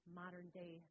modern-day